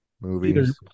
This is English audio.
movies